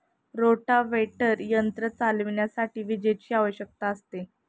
rotavator यंत्र चालविण्यासाठी विजेची आवश्यकता आहे